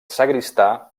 sagristà